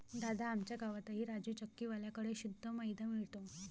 दादा, आमच्या गावातही राजू चक्की वाल्या कड़े शुद्ध मैदा मिळतो